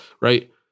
right